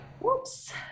whoops